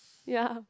ya